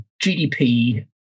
GDP